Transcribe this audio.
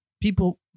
people